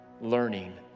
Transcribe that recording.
learning